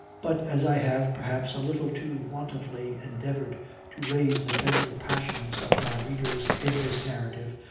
but as i have, perhaps, a little too wantonly endeavored to raise the tender passions of my readers in this narrative,